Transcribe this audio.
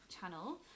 channel